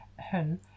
hun